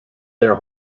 their